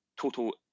total